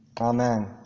Amen